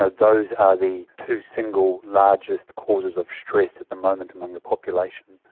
ah those are the two single largest causes of stress at the moment among the population,